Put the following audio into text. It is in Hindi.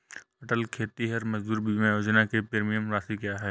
अटल खेतिहर मजदूर बीमा योजना की प्रीमियम राशि क्या है?